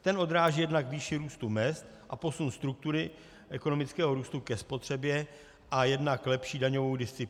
Ten odráží jednak výši růstu mezd a posun struktury ekonomického růstu ke spotřebě a jednak lepší daňovou disciplínu.